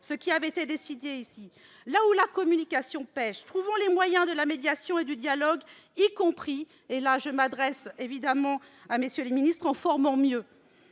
ce qui avait été décidé ici ? Là où la communication pèche, trouvons les moyens de la médiation et du dialogue, y compris, et là je m'adresse évidemment à M. le ministre et à M. le